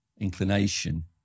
inclination